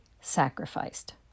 sacrificed